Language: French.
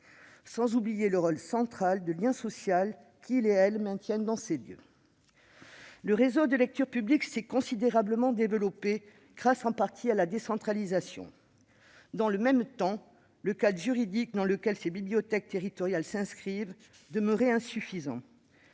sans oublier le rôle central de lien social qu'ils et elles maintiennent dans ces lieux. Le réseau de lecture publique s'est considérablement développé grâce en partie à la décentralisation. Dans le même temps, le cadre juridique dans lequel les bibliothèques territoriales s'inscrivent demeurait insuffisant.